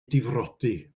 difrodi